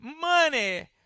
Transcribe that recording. money